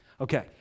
Okay